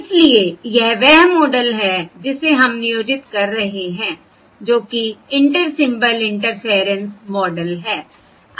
इसलिए यह वह मॉडल है जिसे हम नियोजित कर रहे हैं जो कि इंटर सिंबल इंटरफेयरेंस मॉडल है